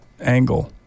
angle